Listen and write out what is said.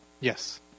Yes